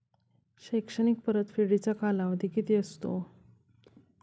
शैक्षणिक परतफेडीचा कालावधी किती असतो?